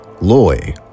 Loy